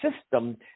system